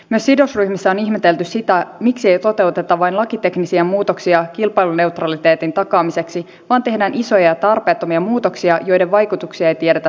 myös sidosryhmissä on ihmetelty sitä miksi ei toteuteta vain lakiteknisiä muutoksia kilpailuneutraliteetin takaamiseksi vaan tehdään isoja ja tarpeettomia muutoksia joiden vaikutuksia ei tiedetä tarkasti